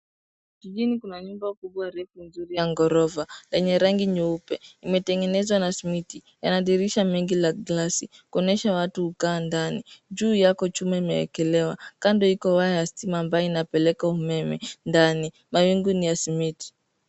Jijini kuna nyumba kubwa refu nzuri ya ghorofa yenye rangi nyeupe. Imetengenezwa na simiti. Yana dirisha nyingi ya glasi kuonyesha watu hukaa ndani. Juu yako chuma imeekelewa. Kando Iko waya ya stima ambayo inapeleka umeme ndani. Mawingu ni ya simiti.